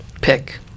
pick